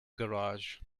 garage